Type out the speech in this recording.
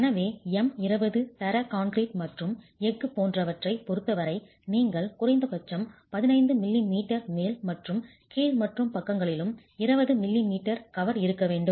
எனவே M20 தர concrete மற்றும் எஃகு போன்றவற்றைப் பொறுத்தவரை நீங்கள் குறைந்தபட்சம் 15 மிமீ மேல் மற்றும் கீழ் மற்றும் பக்கங்களிலும் 20 மில்லிமீட்டர் கவர் இருக்க வேண்டும்